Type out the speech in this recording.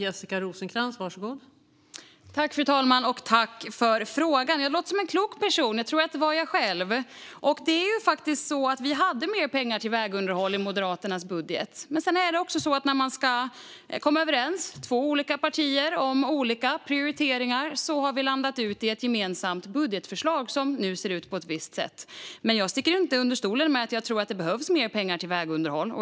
Fru talman! Tack för frågan! Det låter som en klok person. Jag tror att det var jag själv. Vi hade mer pengar till vägunderhåll i Moderaternas budget. Men två olika partier skulle komma överens om olika prioriteringar och nu har vi landat i ett gemensamt budgetförslag, som ser ut på ett visst sätt. Jag sticker inte under stol med att jag tror att mer pengar behövs till vägunderhåll.